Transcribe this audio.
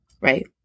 right